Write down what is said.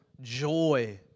joy